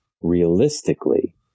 realistically